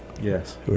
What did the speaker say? Yes